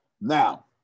Now